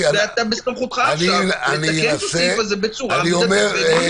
ובסמכותך עכשיו לתקן את הסעיף הזה בצורה --- דקה.